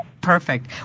Perfect